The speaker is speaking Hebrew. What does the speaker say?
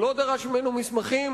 ואם הוא לא דרש ממנו מסמכים,